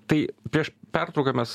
tai prieš pertrauką mes